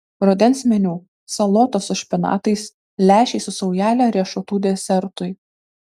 rudens meniu salotos su špinatais lęšiai su saujele riešutų desertui